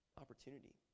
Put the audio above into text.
opportunity